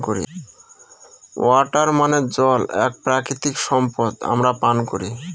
water মানে জল এক প্রাকৃতিক সম্পদ আমরা পান করি